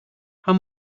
how